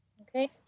Okay